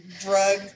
Drug